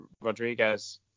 Rodriguez